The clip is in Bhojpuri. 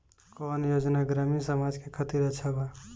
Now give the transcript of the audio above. कौन योजना ग्रामीण समाज के खातिर अच्छा बा?